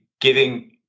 giving